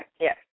yes